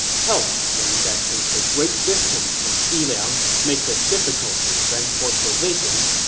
tell ma teng that since the great distance from xiliang makes it difficult to transport provisions,